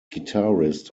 guitarist